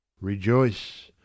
Rejoice